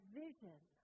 vision